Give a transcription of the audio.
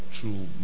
true